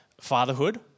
fatherhood